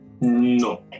No